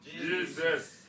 Jesus